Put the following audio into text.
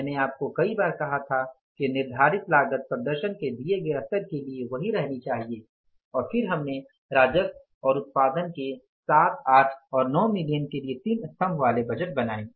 मैंने आपको कई बार कहा था कि निर्धारित लागत प्रदर्शन के दिए गए स्तर के लिए वही रहनी चाहिए और फिर हमने राजस्व और उत्पादन के सात आठ और नौ मिलियन के लिए तीन स्तंभ वाले बजट बनाये